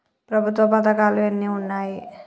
ప్రభుత్వ పథకాలు ఎన్ని ఉన్నాయి?